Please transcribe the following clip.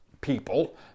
people